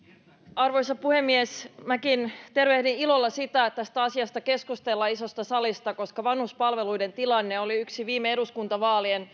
arvoisa puhemies minäkin tervehdin ilolla sitä että tästä asiasta keskustellaan isossa salissa koska vanhuspalveluiden tilanne oli yksi viime eduskuntavaalien